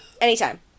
Anytime